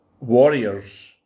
warriors